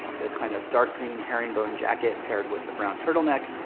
the kind of dark green herringbone jacket, paired with the brown turtleneck.